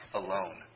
alone